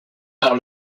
par